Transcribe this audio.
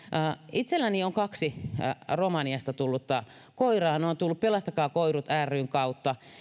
itselläni on kaksi romaniasta tullutta koiraa ne ovat tulleet pelastetaan koirat ryn kautta